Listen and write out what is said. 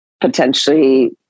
potentially